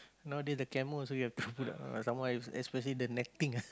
nowadays the camo also you have to put ah some more es~ especially the netting